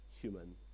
human